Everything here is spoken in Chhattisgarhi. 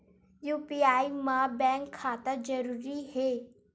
यू.पी.आई मा बैंक खाता जरूरी हे?